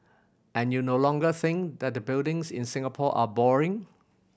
and you no longer think that the buildings in Singapore are boring